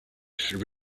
should